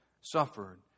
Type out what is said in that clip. suffered